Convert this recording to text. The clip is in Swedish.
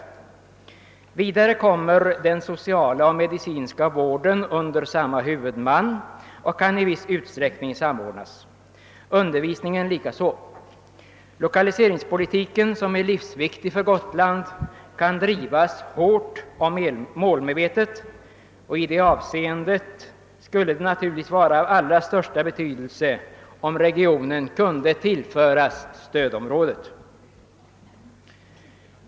Dessutom kommer den sociala och medicinska vården att ligga under samma huvudman och kan i viss utsträckning samordnas. Likadant är fallet med undervisningen. Lokaliseringspolitiken, som är livsviktig för Gotland, kan också drivas hårt och målmedvetet, och i det avseendet skulle det vara av allra största betydelse om regionen kunde föras till stödområdet.